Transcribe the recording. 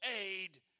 aid